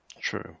true